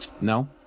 No